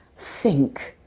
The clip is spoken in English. think!